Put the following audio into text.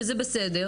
זה בסדר,